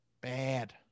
Bad